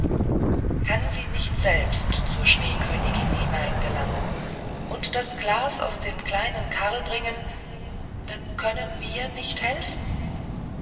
kann sie nicht selbst zur schneekönigin hineingelangen und das glas aus dem kleinen karl bringen dann können wir nicht helfen